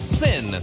sin